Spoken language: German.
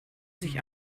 sich